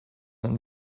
and